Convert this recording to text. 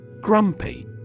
grumpy